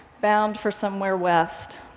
bound for somewhere west.